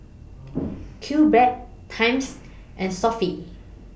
Q Bread Times and Sofy